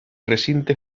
recinte